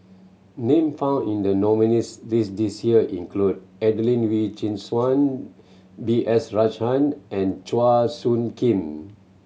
name found in the nominees' list this year include Adelene Wee Chin Suan B S Rajhan and Chua Soo Khim